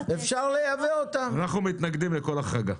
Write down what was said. אנחנו מתנגדים לכל החרגה.